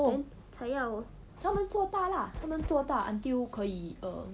no 他们做大 lah 他们做大 until 可以 err